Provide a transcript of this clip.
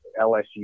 LSU